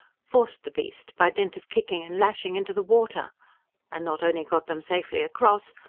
forced the beast, by dint of kicking and lashing, into the water and not only got them safely across,